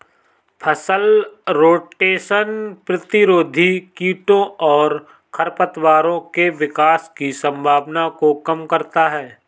फसल रोटेशन प्रतिरोधी कीटों और खरपतवारों के विकास की संभावना को कम करता है